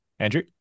Andrew